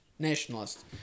nationalist